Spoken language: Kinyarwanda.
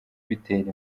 bitera